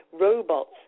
robots